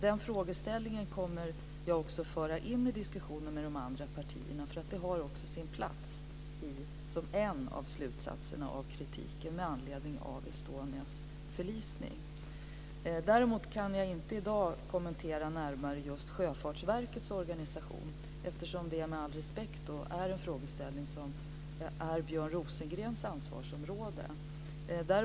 Den frågeställningen kommer också att föras in i diskussionerna med de andra partierna, eftersom den har sin plats som en av slutsatserna av kritiken med anledning av Estonias förlisning. Däremot kan jag i dag inte kommentera närmare just Sjöfartsverkets organisation, eftersom det är en fråga som ingår i Björn Rosengrens ansvarsområde.